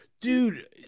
dude